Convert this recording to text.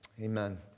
Amen